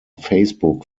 facebook